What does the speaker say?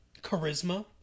charisma